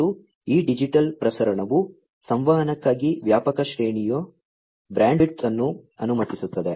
ಮತ್ತು ಈ ಡಿಜಿಟಲ್ ಪ್ರಸರಣವು ಸಂವಹನಕ್ಕಾಗಿ ವ್ಯಾಪಕ ಶ್ರೇಣಿಯ ಬ್ಯಾಂಡ್ವಿಡ್ತ್ ಅನ್ನು ಅನುಮತಿಸುತ್ತದೆ